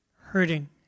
hurting